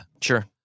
Sure